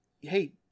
hey